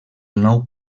nou